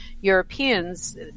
Europeans